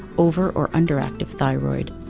over or underactive thyroid,